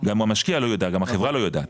גם המשקיע לא יודע גם החברה לא יודעת,